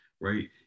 right